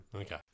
Okay